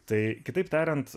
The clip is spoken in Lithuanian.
tai kitaip tariant